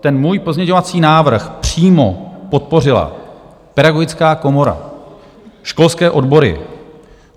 Ten můj pozměňovací návrh přímo podpořila Pedagogická komora, školské odbory,